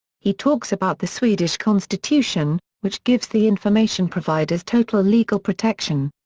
he talks about the swedish constitution, which gives the information providers total legal protection.